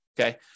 Okay